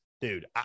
dude